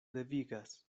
devigas